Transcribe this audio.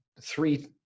three